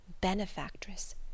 Benefactress